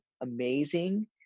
amazing